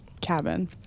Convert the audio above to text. cabin